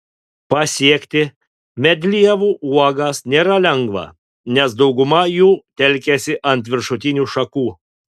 pasiekti medlievų uogas nėra lengva nes dauguma jų telkiasi ant viršutinių šakų